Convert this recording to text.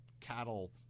cattle